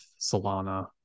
Solana